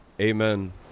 Amen